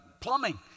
plumbing